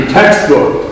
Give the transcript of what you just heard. textbook